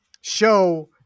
show